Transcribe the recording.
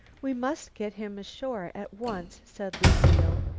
we must get him ashore at once, said lucile.